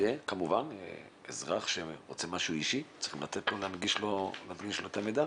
וכמובן אזרח שרוצה משהו אישי צריך להנגיש לו את המידע.